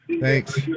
thanks